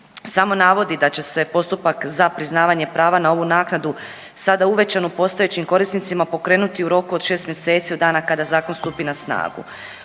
samo navodi da će se postupak za priznavanje prava na ovu naknadu sada uvećanu postojećim korisnicima pokrenuti u roku od 6 mjeseci od dana kada Zakon stupi na snagu.